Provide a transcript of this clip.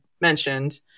mentioned